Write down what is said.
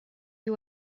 you